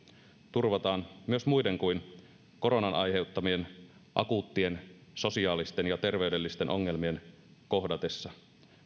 turvataan myös muiden kuin koronan aiheuttamien akuuttien sosiaalisten ja terveydellisten ongelmien kohdatessa